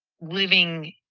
living